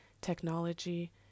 technology